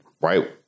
right